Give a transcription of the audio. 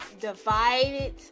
divided